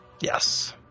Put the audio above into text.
yes